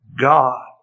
God